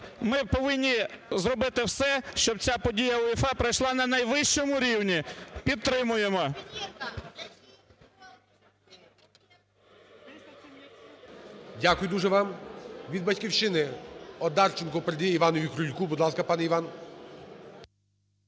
ми повинні зробити все, щоб ця подія УЄФА пройшла на найвищому рівні. Підтримуємо. ГОЛОВУЮЧИЙ. Дякую дуже вам. Від "Батьківщина" Одарченко передає Іванові Крульку. Будь ласка, пан Іван.